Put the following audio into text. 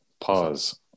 Pause